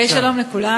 שלום לכולם,